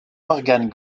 organe